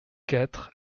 quatre